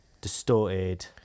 distorted